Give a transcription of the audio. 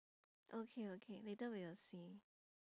okay okay later we will see